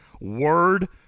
word